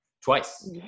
twice